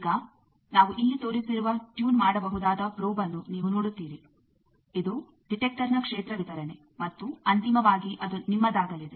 ಈಗ ನಾವು ಇಲ್ಲಿ ತೋರಿಸಿರುವ ಟ್ಯೂನ್ ಮಾಡಬಹುದಾದ ಪ್ರೋಬ್ಅನ್ನು ನೀವು ನೋಡುತ್ತೀರಿ ಇದು ಡಿಟೆಕ್ಟರ್ನ ಕ್ಷೇತ್ರ ವಿತರಣೆ ಮತ್ತು ಅಂತಿಮವಾಗಿ ಅದು ನಿಮ್ಮದಾಗಲಿದೆ